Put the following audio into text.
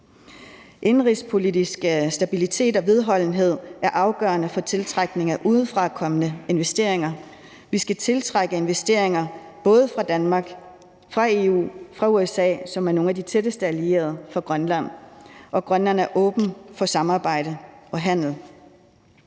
Indenrigspolitisk stabilitet og vedholdenhed er afgørende for tiltrækning af udefrakommende investeringer. Vi skal tiltrække investeringer fra både Danmark, EU og USA, som er nogle af de tætteste allierede for Grønland, og Grønland er åben for samarbejde og handel.